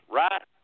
right